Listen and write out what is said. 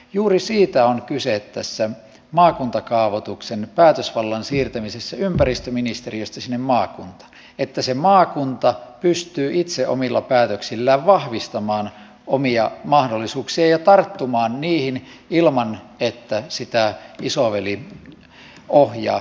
juuri siitä on kyse tässä maakuntakaavoituksen päätösvallan siirtämisessä ympäristöministeriöstä sinne maakuntaan että se maakunta pystyy itse omilla päätöksillään vahvistamaan omia mahdollisuuksiaan ja tarttumaan niihin ilman että sitä isoveli ohjaa